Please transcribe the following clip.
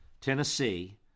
Tennessee